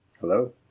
Hello